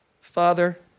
Father